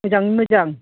मोजाङै मोजां